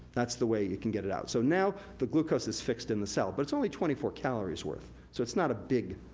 that's the way it can get it out. so now, the glucose is fixed in the cell, but it's only twenty four calories worth, so it's not a big